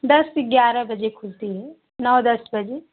दस ग्यारह बजे खुलती है नौ दस बजे